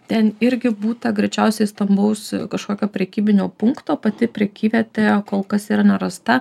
ten irgi būta greičiausiai stambaus kažkokio prekybinio punkto pati prekyvietė kol kas yra nerasta